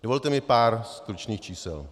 Dovolte mi pár stručných čísel.